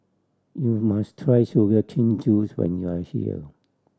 you must try sugar cane juice when you are here